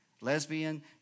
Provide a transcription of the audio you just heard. lesbian